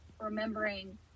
remembering